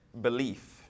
belief